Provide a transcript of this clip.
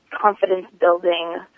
confidence-building